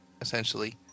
essentially